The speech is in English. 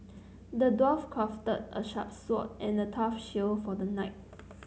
the dwarf crafted a sharp sword and a tough shield for the knight